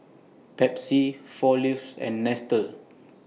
Pepsi four Leaves and Nestle